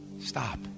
stop